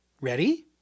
Ready